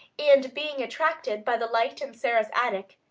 and being attracted by the light in sara's attic,